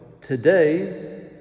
today